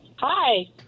Hi